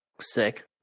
Sick